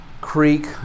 Creek